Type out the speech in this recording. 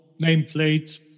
nameplate